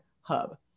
hub